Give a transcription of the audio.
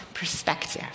Perspective